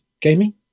gaming